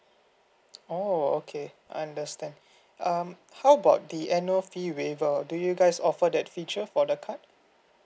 oh okay I understand um how about the annual fee waiver or do you guys offer that feature for the card